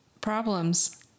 problems